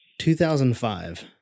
2005